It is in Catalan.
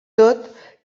tot